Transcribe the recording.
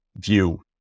view